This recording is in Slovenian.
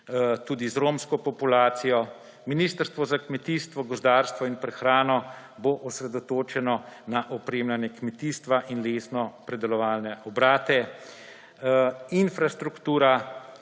tudi z romsko populacijo. Ministrstvo za kmetijstvo, gozdarstvo in prehrano bo osredotočeno na opremljanje kmetijstva in lesnopredelovalne obrate. Infrastruktura